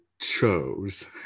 chose